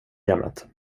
ämnet